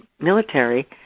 military